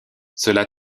cela